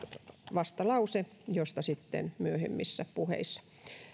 vastalause josta sitten myöhemmissä puheissa